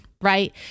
right